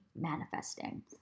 manifesting